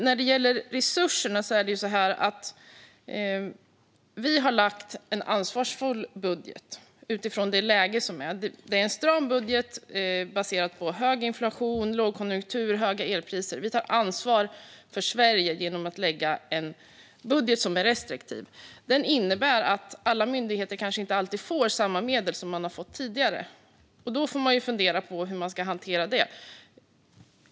När det gäller resurserna har vi lagt fram en ansvarsfull budget utifrån det läge som råder. Det är en stram budget baserad på hög inflation, lågkonjunktur och höga elpriser. Vi tar ansvar för Sverige genom att lägga fram en budget som är restriktiv. Den innebär att alla myndigheter kanske inte alltid får samma medel som man har fått tidigare. Då får man fundera på hur man ska hantera det.